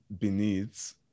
beneath